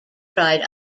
tried